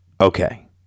Okay